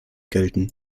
gelten